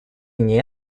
ней